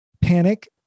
panic